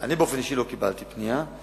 אני באופן אישי לא קיבלתי פנייה.